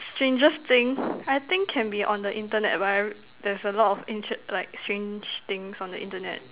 strangest thing I think can be on the internet but I r~ there is a lot of interest like strange things on the internet